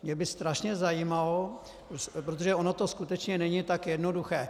Mě by strašně zajímalo, protože ono to skutečně není tak jednoduché...